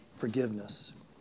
forgiveness